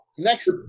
Next